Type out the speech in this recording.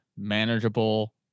manageable